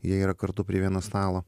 jie yra kartu prie vieno stalo